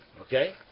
Okay